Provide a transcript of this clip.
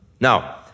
Now